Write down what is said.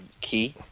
key